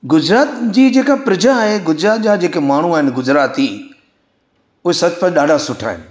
गुजरात जी जेका प्रजा आहे गुजरात जा जेका माण्हू आहिनि गुजराती उहे सचुपचु ॾाढा सुठा आहिनि